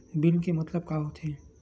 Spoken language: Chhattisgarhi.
बिल के मतलब का होथे?